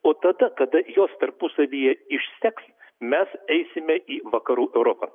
o tada kada jos tarpusavyje išseks mes eisime į vakarų europą